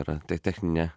yra ta techninė